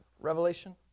revelation